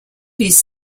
his